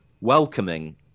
welcoming